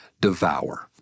devour